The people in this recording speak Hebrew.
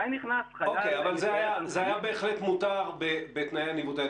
אבל זה היה מותר בתנאי הניווט.